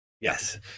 yes